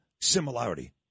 similarity